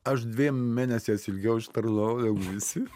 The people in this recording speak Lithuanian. aš dviem mėnesiais ilgiau negu visi